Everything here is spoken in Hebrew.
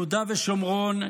יהודה ושומרון,